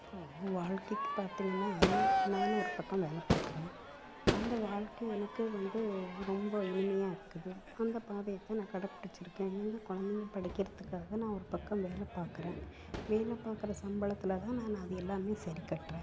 இப்போ வாழ்க்கைக்கு பார்த்திங்கனா நானும் ஒரு பக்கம் வேலை பார்க்குறேன் அந்த வாழ்க்கையை எனக்கு வந்து ரொம்ப இனிமையாக இருக்குது அந்த பாதையைத் தான் நான் கடைப்பிடிச்சிருக்கேன் எங்கள் குழந்தைங்க படிக்குறதுக்காக நான் ஒரு பக்கம் வேலை பார்க்குறேன் வேலை பார்க்குற சம்பளத்தில் தான் நான் அது எல்லாம் சரி கட்டுறேன்